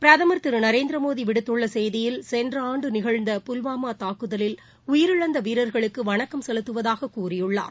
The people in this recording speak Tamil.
பிரதமர் திரு நரேந்திரமோடி விடுத்துள்ள செய்தியில் சென்ற ஆண்டு நிகழ்ந்த கொடிய புல்வாமா தாக்குதலில் உயிரிழந்த வீரர்களுக்கு வணக்கம் செலுத்துவதாகக் கூறியுள்ளார்